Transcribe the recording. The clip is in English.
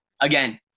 again